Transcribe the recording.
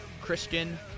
Christian